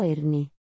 Ernie